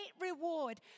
reward